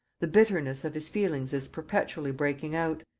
the bitterness of his feelings is perpetually breaking out,